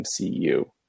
MCU